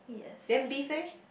then beef eh